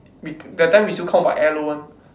wait that time we still count by elo one